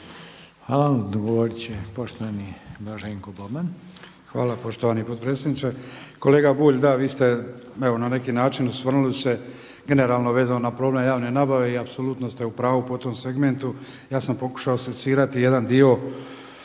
Blaženko Boban. **Boban, Blaženko (HDZ)** Hvala poštovani potpredsjedniče. Kolega Bulj, da vi ste evo na neki način osvrnuli se generalno vezano na problem javne nabave i apsolutno ste u pravu po tom segmentu. Ja sam pokušao secirati jedan dio